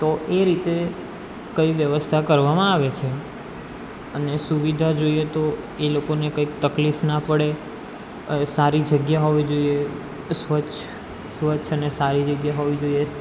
તો એ રીતે કંઈ વ્યવસ્થા કરવામાં આવે છે અને સુવિધા જોઈએ તો એ લોકોને કંઈ તકલીફ ના પડે સારી જગ્યા હોવી જોઇએ સ્વચ્છ સ્વચ્છ અને સારી જગ્યા હોવી જોઇએ